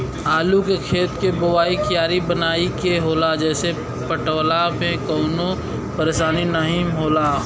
आलू के खेत के बोवाइ क्यारी बनाई के होला जेसे पटवला में कवनो परेशानी नाहीम होला